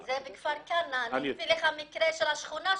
בכפר כנא, אני אביא לך מקרה של השכנה שלך,